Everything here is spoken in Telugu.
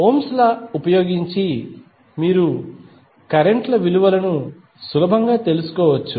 ఓమ్స్ లా Ohms law ఉపయోగించి మీరు కరెంట్ ల విలువను సులభంగా తెలుసుకోవచ్చు